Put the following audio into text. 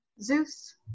Zeus